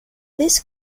this